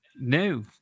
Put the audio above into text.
No